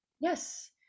Yes